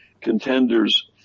contenders